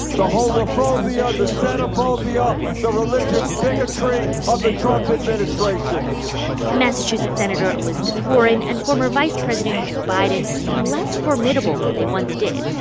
the homophobia, the xenophobia, the religious bigotry of the trump administration massachusetts senator elizabeth warren and former vice president joe biden seem less formidable than they once did.